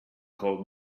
called